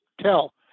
tell